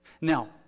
Now